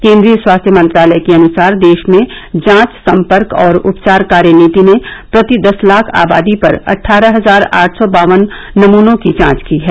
केन्द्रीय स्वास्थ्य मंत्रालय के अनुसार देश में जांच सपर्क और उपचार कार्य नीति ने प्रति दस लाख आबादी पर अटठारह हजार आठ सो बावन नमूनों की जांच की है